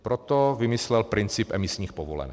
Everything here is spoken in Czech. Proto vymyslel princip emisních povolenek.